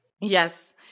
Yes